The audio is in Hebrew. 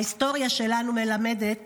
ההיסטוריה שלנו מלמדת